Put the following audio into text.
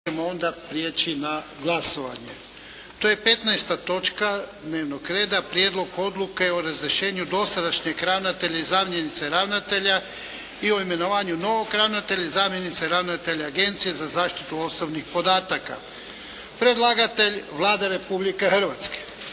**Jarnjak, Ivan (HDZ)** To je 15. točka dnevnog reda. - Prijedlog odluke o razrješenju dosadašnjeg ravnatelja i zamjenice ravnatelja o imenovanju novog ravnatelja i zamjenice ravnatelja Agencije za zaštitu osobnih podataka, Predlagatelj: Vlada Republike Hrvatske